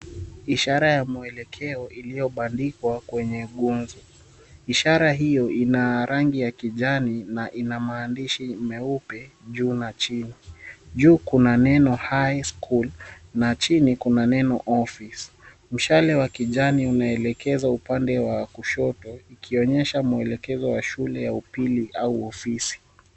Ishara ya mwelekeo iliyobandikwa kwenye gunzo. Ishara hiyo ina rangi ya kijani na ina maandishi meupe juu na chini. Juu kuna neno high school na chini kuna neno office . Mshale wa kijani imeelekeza upande wa kushoto ikionyesha mwelekezo wa shule ya upili au ofisi.